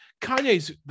Kanye's